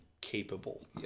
capable